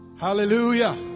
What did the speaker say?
Hallelujah